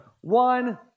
One